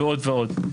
ועוד ועוד.